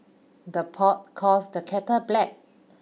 the pot calls the kettle black